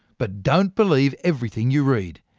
but don't believe everything your read.